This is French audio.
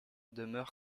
demeure